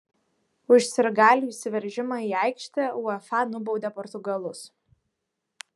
už sirgalių įsiveržimą į aikštę uefa nubaudė portugalus